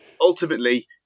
Ultimately